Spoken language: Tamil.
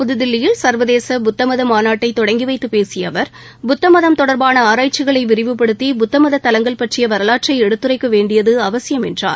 புதுதில்லியில் சர்வதேச புத்தமத மாநாட்டை தொடங்கி வைத்து பேசிய அவர் புத்தமதம் தொடர்பான ஆராய்ச்சிகளை விரிவுபடுத்தி புத்தமத தலங்கள் பற்றிய வரவாற்றை எடுத்துரைக்க வேண்டியது அவசியம் என்றார்